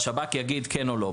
והשב"כ יגיד כן או לא.